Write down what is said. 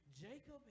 Jacob